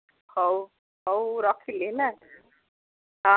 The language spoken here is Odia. ହଉ ହଉ ରଖିଲି ହେଲା ହଁ